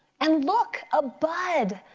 and look, a bud!